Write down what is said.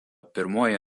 pirmoji